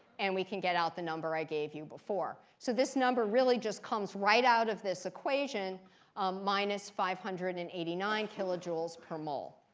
and we can get out the number i gave you before. so this number really just comes right out of this equation minus five hundred and eighty nine kilojoules per mol.